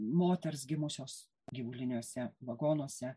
moters gimusios gyvuliniuose vagonuose